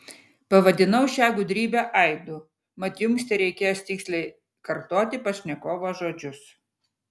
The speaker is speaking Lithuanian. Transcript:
pavadinau šią gudrybę aidu mat jums tereikės tiksliai kartoti pašnekovo žodžius